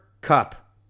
Cup